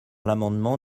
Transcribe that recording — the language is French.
l’amendement